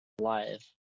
live